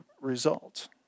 results